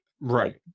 right